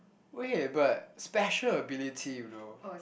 wait but special ability you know